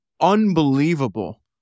unbelievable